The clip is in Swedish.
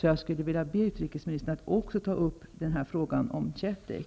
Jag vill därför be utrikesministern att även ta upp frågan om Chetek.